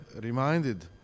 reminded